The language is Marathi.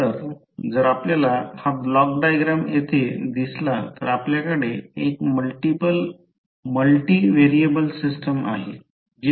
तर जर आपल्याला हा ब्लॉक डायग्राम येथे दिसला तर आपल्याकडे एक मल्टि व्हेरिएबल सिस्टम आहे